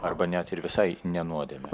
arba net ir visai ne nuodėmę